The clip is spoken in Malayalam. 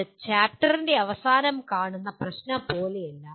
ഇത് ചാപ്റ്ററിന്റെ അവസാനം കാണുന്ന പ്രശ്നം പോലെയല്ല